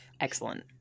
Excellent